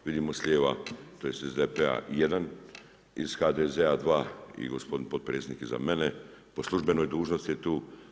Vidimo s lijeva, tj. SDP-a jedan, iz HDZ-a dva i gospodin potpredsjednik iza mene po službenoj dužnosti je tu.